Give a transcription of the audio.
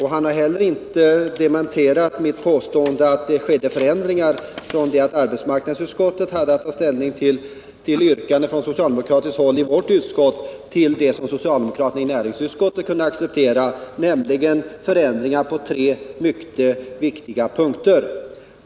Han har heller inte dementerat mitt påstående, att det skedde vissa förändringar från det att arbetsmarknadsutskottet hade att ta ställning till ett yrkande från socialdemokratiskt håll i vårt utskott till vad socialdemokraterna i näringsutskottet kunde acceptera, nämligen förändringar på tre mycket viktiga punkter.